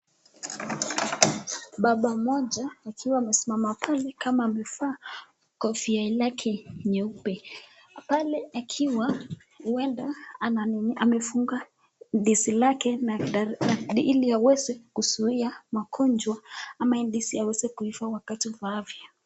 Baba mmoja akiwa amesimama pale kama amevaa kofia lake nyeupe, pale akiwa huenda amefunga ndizi lake ili aweze kuzuia magonjwa ama hii ndizi iweze kuova wakati ufaavyo.